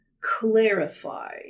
clarify